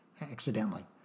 accidentally